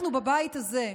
אנחנו, בבית הזה,